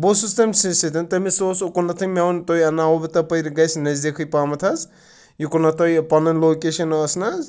بہٕ اوسُس تٔمۍ سٕے سۭتۍ تٔمِس اوس اُکُنَتھٕے مےٚ ووٚن تُہۍ اَنناوَو بہٕ تپٲر گژھِ نزدیٖکھٕے پہمَتھ حظ یِکُنَتھ تۄہِہ پَنٕنۍ لوکیشَن ٲسۍ نہ حظ